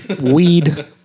Weed